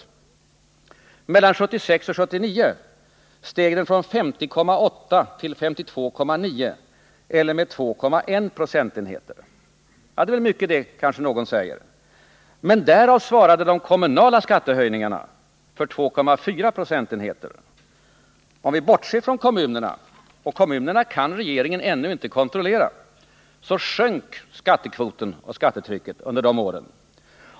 Mellan 1976 och 1979 steg den från 50,8 till 52,9 96, dvs. med 2,1 9. Det är mycket, kanske någon säger. Men därav svarade de kommunala skattehöjningarna för 2,4 procentenheter. Om vi bortser från kommunerna — och kommunerna kan regeringen ännu inte kontrollera — så sjönk skattekvoten och skattetrycket under dessa år.